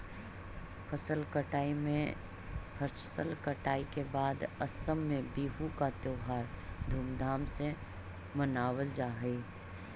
फसल कटाई के बाद असम में बिहू का त्योहार धूमधाम से मनावल जा हई